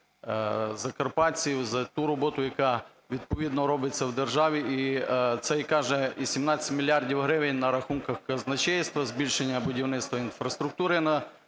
закарпатців, за ту роботу, яка відповідно робиться в державі. І це і каже 17 мільярдів гривень на рахунках казначейства, збільшення будівництва інфраструктури